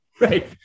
Right